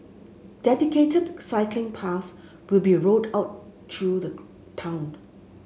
dedicated cycling path will be rolled out through the town